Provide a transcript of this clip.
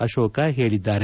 ಅಶೋಕ್ ಹೇಳಿದ್ದಾರೆ